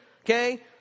okay